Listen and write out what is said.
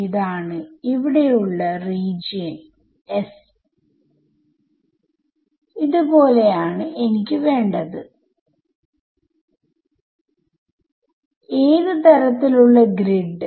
അതാണ് എന്റെ കാരണം അവിടെയാണ് ഞാൻ എന്റെ ഇലക്ട്രിക് ഫീൽഡ് സംഭരിച്ചിരിക്കുന്നത്